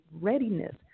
readiness